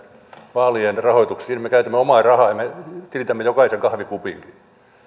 vaalien rahoituksia niihin me käytämme omaa rahaa ja me tilitämme jokaisen kahvikupin